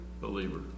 believer